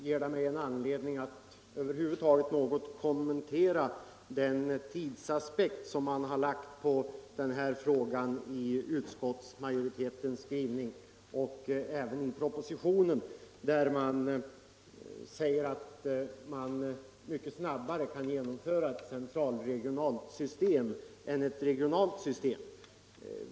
Det ger mig anledning att något ADB inom kommentera den tidsaspekt som man har lagt på den här frågan i ut — folkbokföringsoch skottsmajoritetens skrivning och även i propositionen, där man säger beskattningsområatt man mycket snabbare kan genomföra ett central/regionalt system det än ett regionalt system.